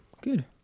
Good